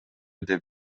деп